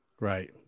Right